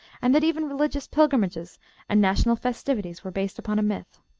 and that even religious pilgrimages and national festivities were based upon a myth.